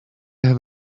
have